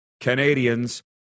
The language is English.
Canadians